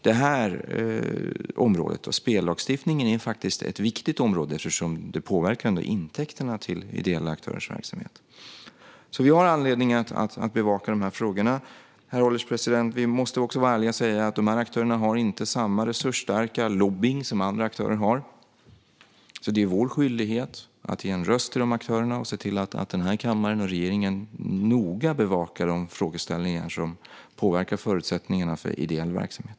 Det här området, spellagstiftningen, är ett viktigt område eftersom det påverkar intäkterna till ideella aktörers verksamhet. Vi har anledning att bevaka de här frågorna, herr ålderspresident. Vi måste också vara ärliga och säga att de här aktörerna inte har samma resursstarka lobbying som andra aktörer har. Det är alltså vår skyldighet att ge en röst till de aktörerna och se till att den här kammaren och regeringen noga bevakar de frågeställningar som påverkar förutsättningarna för ideell verksamhet.